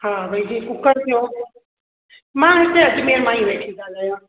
हा भाई जीअं कुकर थियो मां हिते अजमेर मां ई थी ॻाल्हायां